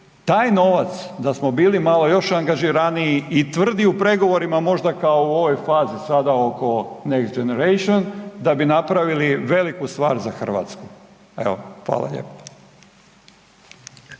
taj novac da smo bili još malo angažiraniji i tvrdi u pregovorima možda kao u ovoj fazi sada oko Next Generation da bi napravili veliku stvar za Hrvatsku. Evo, hvala lijepo.